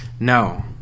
No